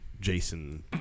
Jason